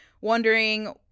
wondering